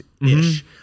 ish